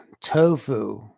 tofu